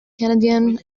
canadian